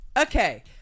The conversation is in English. Okay